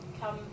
come